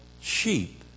sheep